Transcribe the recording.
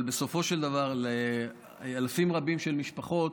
אבל בסופו של דבר, לאלפים רבים של משפחות,